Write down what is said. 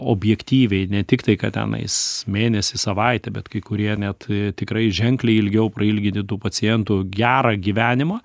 objektyviai ne tik tai kad tenais mėnesį savaitę bet kai kurie net tikrai ženkliai ilgiau prailginti tų pacientų gerą gyvenimą